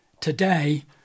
today